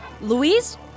Louise